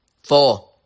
Four